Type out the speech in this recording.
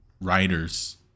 writers